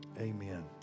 Amen